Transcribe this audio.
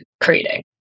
creating